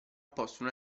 possono